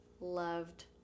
loved